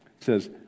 says